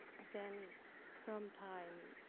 then from time,